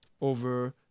over